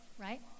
right